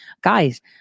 Guys